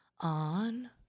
on